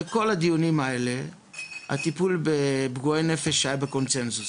בכל הדיונים האלה הטיפול בפגועי נפש היה בקונצנזוס,